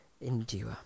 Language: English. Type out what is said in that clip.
endure